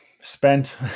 spent